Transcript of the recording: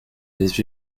elles